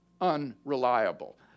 unreliable